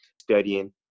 studying